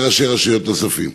וראשי רשויות נוספים.